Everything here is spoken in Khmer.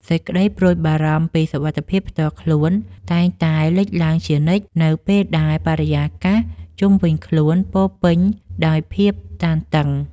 សេចក្តីព្រួយបារម្ភពីសុវត្ថិភាពផ្ទាល់ខ្លួនតែងតែលេចឡើងជានិច្ចនៅពេលដែលបរិយាកាសជុំវិញខ្លួនពោរពេញដោយភាពតានតឹង។